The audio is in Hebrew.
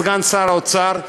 סגן שר האוצר,